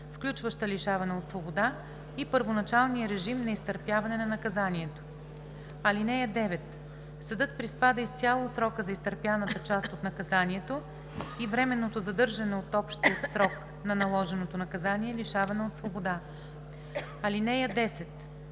включваща лишаване от свобода и първоначалния режим на изтърпяване на наказанието. (9) Съдът приспада изцяло срока на изтърпяната част от наказанието и временното задържане от общия срок на наложеното наказание лишаване от свобода. (10)